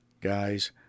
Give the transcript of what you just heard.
guys